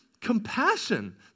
compassion